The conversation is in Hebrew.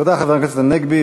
תודה, חבר הכנסת הנגבי.